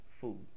Food